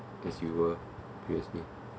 as you were previously